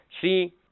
see